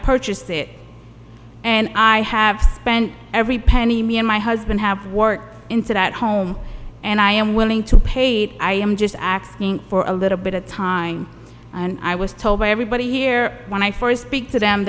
purchased it and i have spent every penny me and my husband have worked into that home and i am willing to pay to i am just acting for a little bit of time and i was told by everybody here when i first big to them